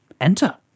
enter